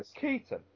Keaton